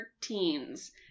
teens